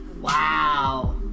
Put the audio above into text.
wow